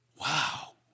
wow